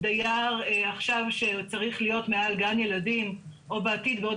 דייר שעכשיו צריך להיות מעל גן ילדים או בעתיד בעוד